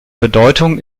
bedeutung